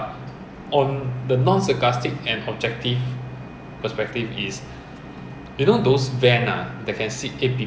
which is like a car but can sit eight or nine people it's the same thing you know same vehicle same en~ engine same tyre same seat you know